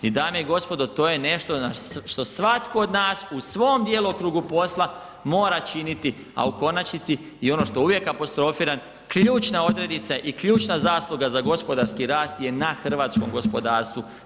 I dame i gospodo, to je nešto što svatko od nas u svom djelokrugu posla mora činiti, a u konačnici i ono što uvijek apostrofiram, ključne odrednice i ključna zasluga za gospodarski rast je na hrvatskom gospodarstvu.